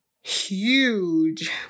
huge